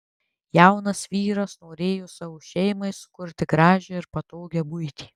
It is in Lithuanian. jaunas vyras norėjo savo šeimai sukurti gražią ir patogią buitį